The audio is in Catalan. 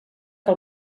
que